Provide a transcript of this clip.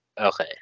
Okay